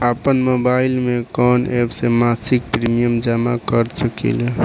आपनमोबाइल में कवन एप से मासिक प्रिमियम जमा कर सकिले?